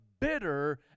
bitter